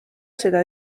seda